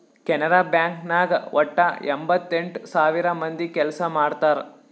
Canara bank ನಾಗ್ ವಟ್ಟ ಎಂಭತ್ತೆಂಟ್ ಸಾವಿರ ಮಂದಿ ಕೆಲ್ಸಾ ಮಾಡ್ತಾರ್